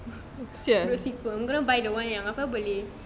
buruk siku I'm gonna buy the one yang apa boleh